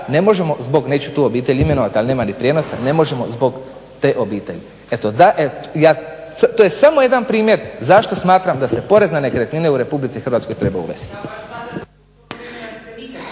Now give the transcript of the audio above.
ne možemo zbog neću tu obitelj imenovati ali nema ni prijenosa ne možemo zbog te obitelji. Eto to je samo jedan primjer zašto smatram da se porez na nekretnine u Hrvatskoj treba uvesti.